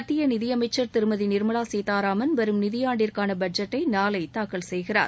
மத்திய நிதியமைச்சர் திருமதி நிர்மலா சீதாராமன் வரும் நிதி ஆண்டிற்கான பட்ஜெட்டை நாளை தாக்கல் செய்கிறார்